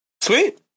Sweet